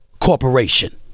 corporation